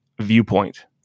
viewpoint